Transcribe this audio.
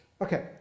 Okay